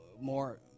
more